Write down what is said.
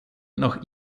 nach